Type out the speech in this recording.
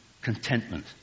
contentment